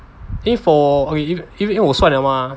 因为 for 因为我算了 mah